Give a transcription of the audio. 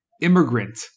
immigrant